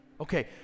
okay